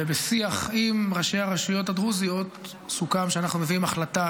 ובשיח עם ראשי הרשויות הדרוזיות סוכם שאנחנו מביאים החלטה